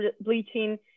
bleaching